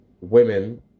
women